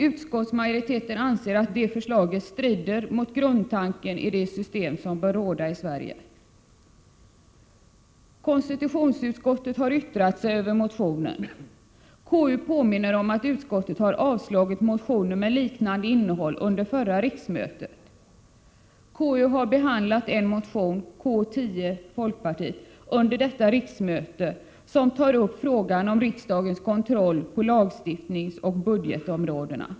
Utskottsmajoriteten anser att det förslaget strider mot grundtanken i det system som bör råda i Sverige. Konstitutionsutskottet har yttrat sig över motionen. KU påminner om att utskottet har avstyrkt motioner med liknande innehåll under förra riksmötet. Under detta riksmöte har KU behandlat en motion K10 från folkpartiet som tar upp frågan om riksdagens kontroll på lagstiftningsoch budgetområdena.